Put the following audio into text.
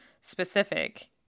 specific